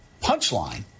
punchline